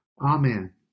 Amen